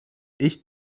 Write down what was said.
ich